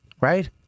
right